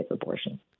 abortion